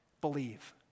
believe